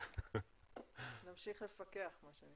נמשיך לפקח.